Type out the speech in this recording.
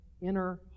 inner